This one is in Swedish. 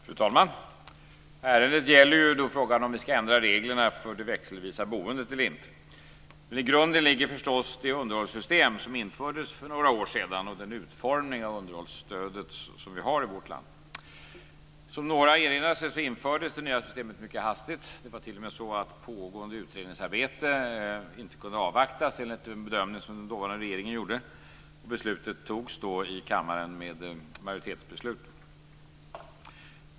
Fru talman! Ärendet gäller frågan om vi ska ändra reglerna för det växelvisa boendet eller inte. I grunden ligger förstås det underhållssystem som infördes för några år sedan och den utformning av underhållsstödet som vi har i vårt land. Som några har erinrat sig infördes det nya systemet mycket hastigt. Det var t.o.m. så att pågående utredningsarbete inte kunde avvaktas, enligt den bedömning som den dåvarande regeringen gjorde.